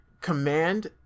command